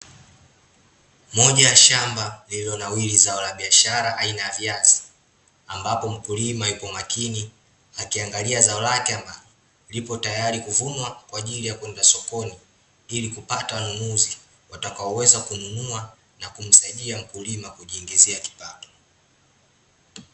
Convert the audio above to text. Moja ya shamba, lililonawiri zao la biashara aina ya viazi ambapo mkulima yupo makini, akiangalia zao lake ambalo, lipo tayari kuvunwa kwaajili ya kwenda sokoni ili kupata wanunuzi, watakaoweza kununua na kumsaidia mkulima kujiingizia kipato.